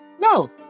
No